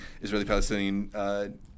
Israeli-Palestinian